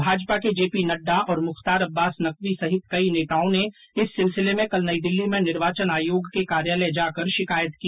भाजपा के J P Nadda और मुख्तार अब्बास नकवी सहित कई नेताओं ने इस सिलसिले में कल नई दिल्ली में निर्वाचन आयोग के कार्यालय जाकर शिकायत की